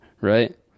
right